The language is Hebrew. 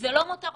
הם לא מותרות